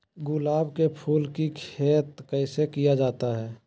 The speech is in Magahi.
गुलाब के फूल की खेत कैसे किया जाता है?